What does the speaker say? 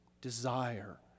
desire